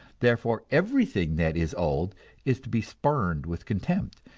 therefore everything that is old is to be spurned with contempt,